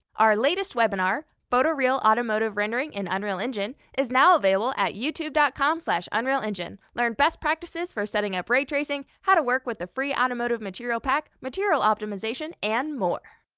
our latest webinar, photoreal automotive rendering in unreal engine is now available at youtube com unrealengine. learn best practices for setting up ray tracing, how to work with the free automotive material pack, material optimization, and more!